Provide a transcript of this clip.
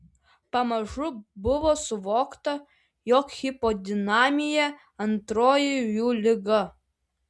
pamažu buvo suvokta jog hipodinamija antroji jų liga